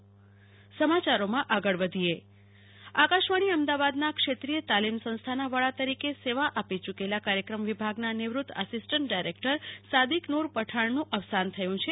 કલ્પના શાહ અવસાન આકાશવાણી અમદાવાદના ક્ષેત્રીય તાલીમ સંસ્થાના વડા તરીકે સેવા આપી યૂકેલા કાર્યક્રમ વિભાગના નિવૃત આસિસ્ટન્ટ ડાયરેક્ટરશ્રી સાદીક નૂર પઠાણનું અવસાન થયું છે